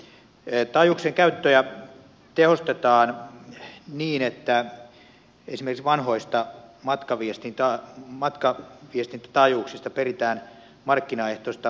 taajuuksien käyttöä tehostetaan niin että esimerkiksi vanhoista matkaviestintätaajuuksista peritään markkinaehtoista taajuusmaksua